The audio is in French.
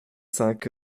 cinq